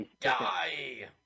die